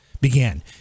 began